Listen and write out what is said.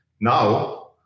Now